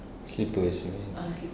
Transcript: slippers you mean